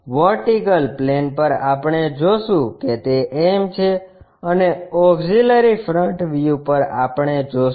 VP પર આપણે જોશું કે તે m છે અને ઓક્ષીલરી ફ્રન્ટ વ્યૂ પર આપણે જોશું